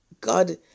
God